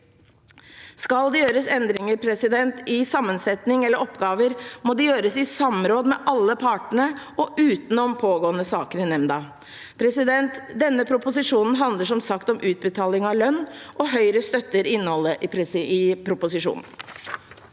Skal det gjøres endringer i sammensetning eller oppgaver, må det gjøres i samråd med alle partene og utenom pågående saker i nemnda. Denne proposisjonen handler, som sagt, om utbetaling av lønn, og Høyre støtter innholdet i proposisjonen.